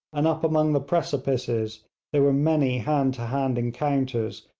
and up among the precipices there were many hand-to-hand encounters,